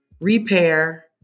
Repair